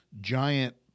giant